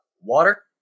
water